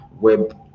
web